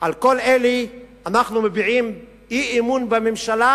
על כל אלה אנחנו מביעים אי-אמון בממשלה,